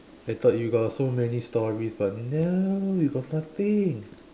I thought you got so many stories but no you got nothing